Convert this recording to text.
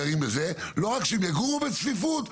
לא רק שהם יגורו בצפיפות,